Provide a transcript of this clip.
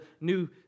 New